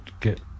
get